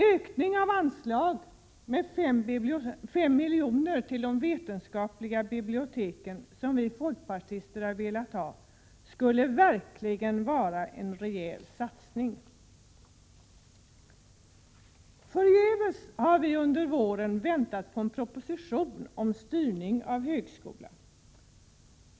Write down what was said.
En ökning av anslaget med 5 milj.kr. till de vetenskapliga biblioteken, som vi folkpartister har föreslagit, skulle verkligen innebära en rejäl satsning. Förgäves har vi under våren väntat på en proposition om styrning av högskolan.